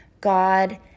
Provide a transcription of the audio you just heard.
God